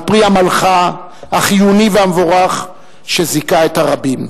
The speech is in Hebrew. פרי עמלך החיוני והמבורך שזיכה את הרבים,